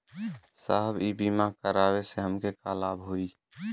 साहब इ बीमा करावे से हमके का लाभ होई?